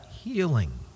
healing